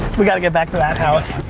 we gotta get back to that house.